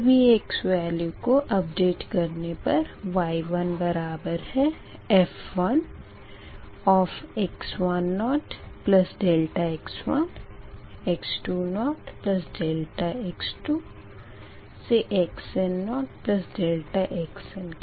सभी x value को update करने पर y1बराबर है f1x10∆x1 x20∆x2 xn0∆xn के